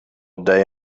day